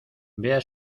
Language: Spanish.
vea